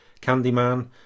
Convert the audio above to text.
Candyman